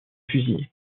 fusillé